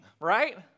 right